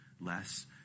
less